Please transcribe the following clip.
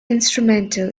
instrumental